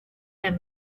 him